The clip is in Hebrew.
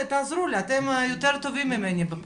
תעזרו לי, אתם יותר טובים ממני.